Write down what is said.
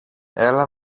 έλα